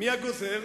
מי הגוזר?